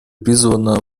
призвана